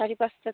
চাৰে পাঁচটাত